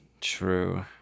true